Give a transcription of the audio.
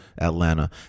Atlanta